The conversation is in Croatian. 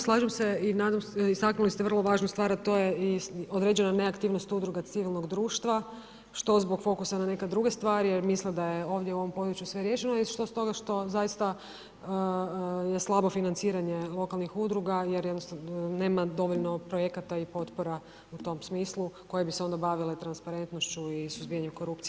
Slažem se, istaknuli ste vrlo važu stvar a to je određena neaktivnost udruga civilnog društva što zbog fokusa na neke druge stvari jer misle da je ovdje u ovom području sve riješeno i stoga što zaista je slabo financiranje lokalnih udruga jer nema dovoljno projekata i potpora u tom smislu koje bi se onda bavile transparentnošću i suzbijanjem korupcije.